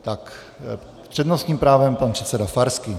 S přednostním právem pan předseda Farský.